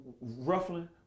ruffling